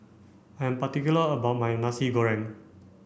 I'm particular about my Nasi Goreng